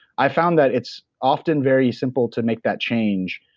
i found that it's often very simple to make that change.